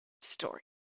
story